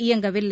இயக்கவில்லை